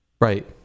Right